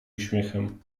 uśmiechem